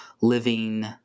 living